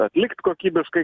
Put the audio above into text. atlikt kokybiškai